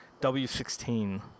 W16